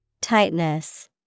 Tightness